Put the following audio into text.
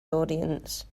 audience